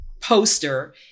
poster